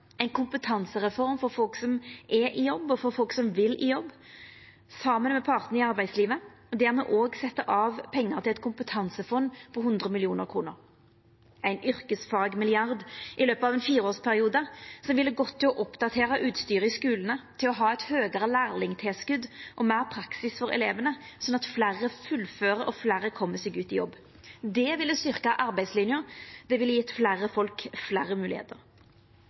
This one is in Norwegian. ein kompetansereform for folk som er i jobb, og for folk som vil i jobb, saman med partane i arbeidslivet, der me òg set av pengar til eit kompetansefond på 100 mill. kr ein yrkesfagmilliard i løpet av ein fireårsperiode, som ville gått til å oppdatera utstyret i skulane, til å ha eit høgare lærlingtilskot og meir praksis for elevane, slik at fleire fullfører og fleire kjem seg ut i jobb Det ville ha styrkt arbeidslinja, det ville ha gjeve fleire folk fleire